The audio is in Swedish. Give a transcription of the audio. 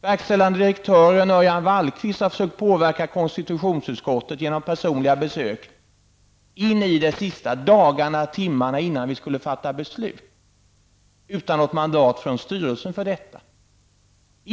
Verkställande direktören Örjan Wallqvist har försökt påverka konstitutionsutskottet genom personliga besök in i det sista, dagarna och timmarna innan vi skulle fatta beslut, utan att ha något mandat från styrelsen för detta.